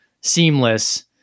seamless